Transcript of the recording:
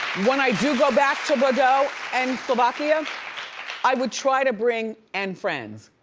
when i do go back to bordeaux and slovakia i would try to bring and friends.